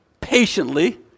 patiently